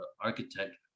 architect